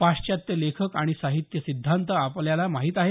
पाश्चात्य लेखक आणि साहित्य सिद्धांत आपल्याला माहिती आहेत